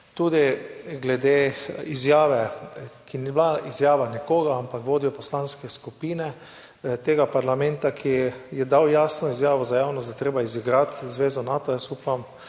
Tudi glede izjave, ki ni bila izjava nekoga, ampak vodje poslanske skupine tega parlamenta, ki je dal jasno izjavo za javnost, da je treba izigrati zvezo Nato. Upam,